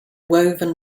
woven